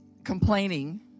Complaining